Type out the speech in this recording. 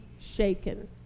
shaken